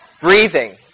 Breathing